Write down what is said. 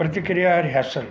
ਪ੍ਰਤਿਕਿਰਿਆ rehearsal